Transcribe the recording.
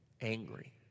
angry